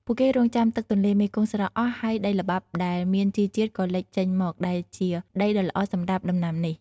ពួកគេរង់ចាំទឹកទន្លេមេគង្គស្រកអស់ ហើយដីល្បាប់ដែលមានជីជាតិក៏លេចចេញមក ដែលជាដីដ៏ល្អសម្រាប់ដំណាំនេះ។